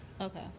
Okay